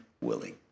willing